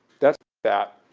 that's that.